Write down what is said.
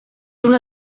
una